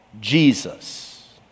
Jesus